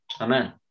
Amen